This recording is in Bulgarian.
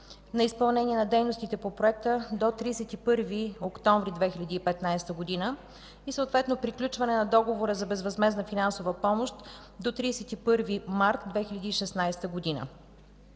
за изпълнение на дейностите по проекта до 31 октомври 2015 г. и съответно приключване на договора за безвъзмездна финансова помощ до 31 март 2016 г.